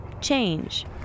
change